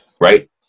Right